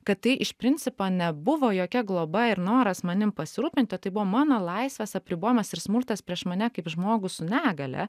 kad tai iš principo nebuvo jokia globa ir noras manim pasirūpinti tai buvo mano laisvės apribojimas ir smurtas prieš mane kaip žmogų su negalia